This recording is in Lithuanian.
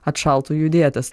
atšaltų jų dėtės